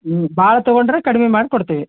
ಹ್ಞೂ ಭಾಳ ತೊಗೊಂಡ್ರೆ ಕಡ್ಮೆ ಮಾಡಿ ಕೊಡ್ತೀವಿ